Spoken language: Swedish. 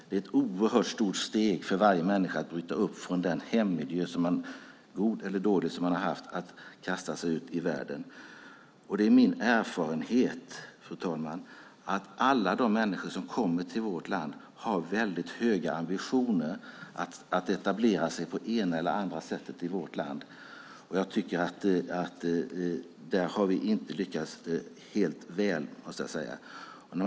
Det är ett oerhört stort steg för varje människa att bryta upp från den hemmiljö, god eller dålig, man har haft för att kasta sig ut i världen. Det är min erfarenhet, fru talman, att alla de människor som kommer till vårt land har väldigt höga ambitioner att etablera sig på det ena eller det andra sättet i vårt land. Här måste jag säga att jag inte tycker att vi har lyckats särskilt väl.